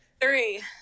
Three